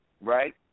right